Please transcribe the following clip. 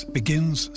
begins